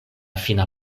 fina